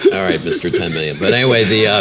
alright mr. ten billion, but anyway the. yeah